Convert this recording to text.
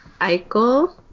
Eichel